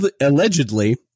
allegedly